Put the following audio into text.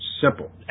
Simple